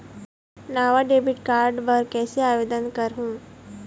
नावा debit card बर कैसे आवेदन करहूं?